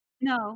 no